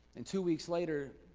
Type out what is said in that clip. and two weeks later,